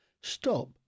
Stop